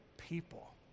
People